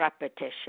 repetition